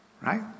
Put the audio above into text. Right